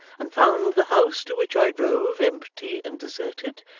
and found the house to which i drove, empty and deserted,